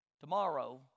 tomorrow